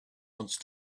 once